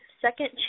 second